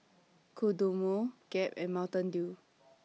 Kodomo Gap and Mountain Dew